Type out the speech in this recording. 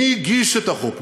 מי יזם את החוק?